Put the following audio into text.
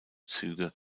züge